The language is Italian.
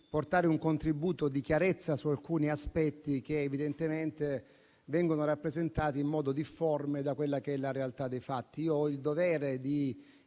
portare un contributo di chiarezza su alcuni aspetti che evidentemente vengono rappresentati in modo difforme da quella che è la realtà dei fatti. Io ho il dovere di